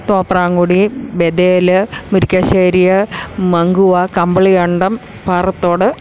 Thopramkudy Bethel Murickassery Mankuva Kambilikandam Parathodu